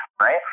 right